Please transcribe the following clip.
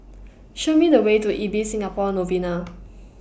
Show Me The Way to Ibis Singapore Novena